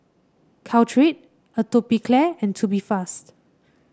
Caltrate Atopiclair and Tubifast